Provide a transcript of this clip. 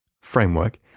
framework